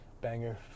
banger